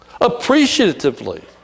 appreciatively